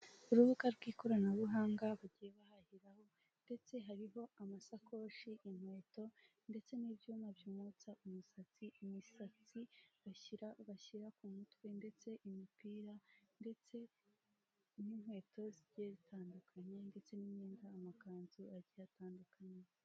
Urubuga rw'ikoranabuhanga bagiye bahahiraho, ndetse hariho amasakosi, inkweto ndetse n'ibyuma byumutsa imisatsi, imisatsi bashyira ku mutwe, ndetse imipira, ndetse n'inkweto zigiye zitandukanye, ndetse n'imyenda, amakanzu agiye atandukanye.